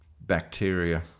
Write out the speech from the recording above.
bacteria